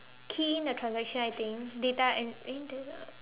key in the transaction I think data and eh data